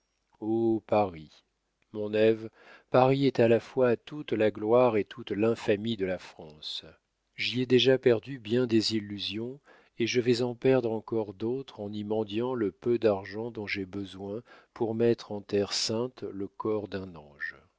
paris mon ève paris est à la fois toute la gloire et toute l'infamie de la france j'y ai déjà perdu bien des illusions et je vais en perdre encore d'autres en y mendiant le peu d'argent dont j'ai besoin pour mettre en terre sainte le corps d'un ange